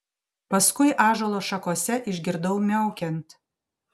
paskui ąžuolo šakose išgirdau miaukiant